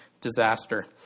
disaster